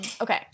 Okay